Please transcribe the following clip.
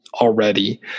already